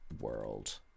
world